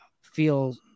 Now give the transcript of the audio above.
feel